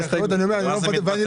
ג'ידה, מה, את מצביעה נגד גיל 18?